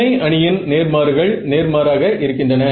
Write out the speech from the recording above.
துணை அணியின் நேர் மாறுகள் நேர் மாறாக இருக்கின்றன